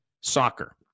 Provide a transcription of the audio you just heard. soccer